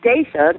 station